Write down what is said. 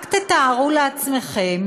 רק תתארו לעצמכם